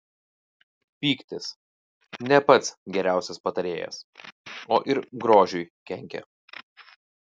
pyktis ne pats geriausias patarėjas o ir grožiui kenkia